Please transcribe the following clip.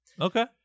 Okay